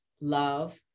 love